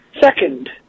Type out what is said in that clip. Second